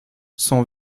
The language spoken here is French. sans